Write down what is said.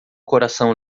coração